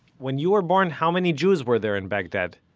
when you were born how many jews were there in baghdad?